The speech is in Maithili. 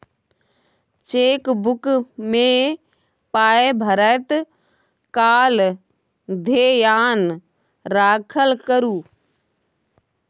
चेकबुक मे पाय भरैत काल धेयान राखल करू